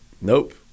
nope